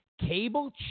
cable